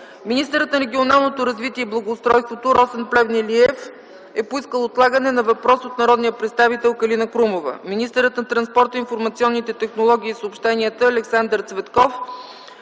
министърът на регионалното развитие и благоустройството Росен Плевнелиев е поискал отлагане на въпрос от народния представител Калина Крумова; - министърът на транспорта, информационните технологии и съобщенията Александър Цветков